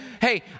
hey